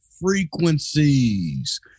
Frequencies